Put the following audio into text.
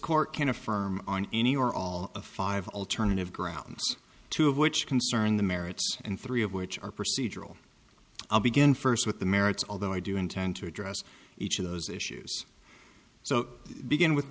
court can affirm on any or all of five alternative grounds two of which concern the merits and three of which are procedural i'll begin first with the merits although i do intend to address each of those issues so begin with